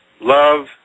love